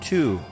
Two